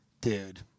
dude